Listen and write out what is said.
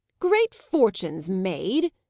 great fortunes made!